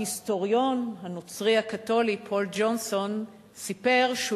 ההיסטוריון הנוצרי הקתולי פול ג'ונסון סיפר שהוא